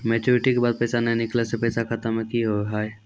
Maturity के बाद पैसा नए निकले से पैसा खाता मे की होव हाय?